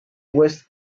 west